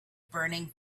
burning